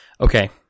Okay